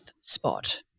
spot